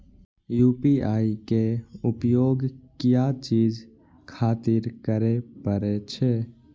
UPI के उपयोग किया चीज खातिर करें परे छे?